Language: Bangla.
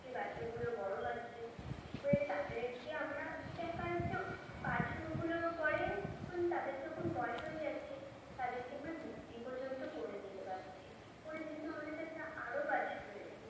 সেই বাছুরগুলো বড়ো হচ্ছে হয়ে তাদেরকে আমরা দেখা যাচ্ছে বাছুরগুলোর পরে তাদের যখন বয়স হয়ে যাচ্ছে তাদেরকে আমরা বিক্রি পর্যন্ত করে দিতে পারছি করে যেহেতু আমাদের কাছে আরও বাছুর রয়েছে